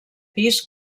pis